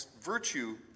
virtue